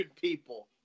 people